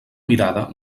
mirada